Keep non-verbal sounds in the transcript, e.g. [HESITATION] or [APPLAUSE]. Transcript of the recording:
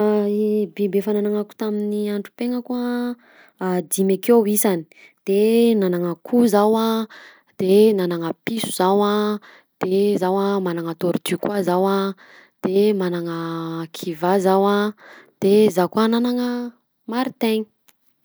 [HESITATION] E biby efa nanagnako tamin'ny androm-piaignako a dimy akeo ny isany de nanagna akoho zaho a ,de nanagna piso zaho a, de zaho a managna tortue ko zaho a, de managna kiva zaho a, de zaho ko nanagna martainy.